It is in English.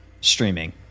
streaming